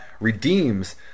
redeems